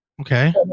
okay